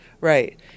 Right